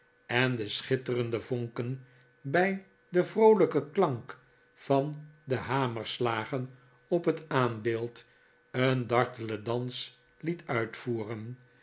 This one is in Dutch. en de schitterende vonken bij den vroolijken klank van de hamerslagen op het aanbeeld een dartelen dans liet uitvoeren